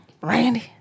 Randy